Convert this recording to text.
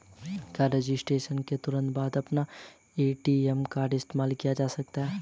क्या रजिस्ट्रेशन के तुरंत बाद में अपना ए.टी.एम कार्ड इस्तेमाल किया जा सकता है?